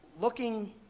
looking